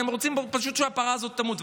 אתם רוצים פשוט שהפרה הזאת תמות.